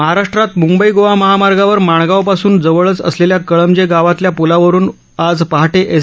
महाराष्ट्रात मुंबई गोवा महामार्गावर माणगावापासून जवळच असलेल्या कळमजे गावातल्या प्लावरुन आज पहाटे एस